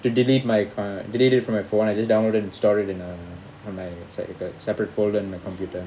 to delete my ph~ delete it from my phone I just downloaded it and stored it in a on my separate folder on my computer